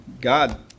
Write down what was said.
God